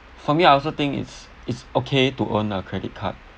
for me I also think it's it's okay to own a credit card